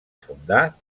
fundar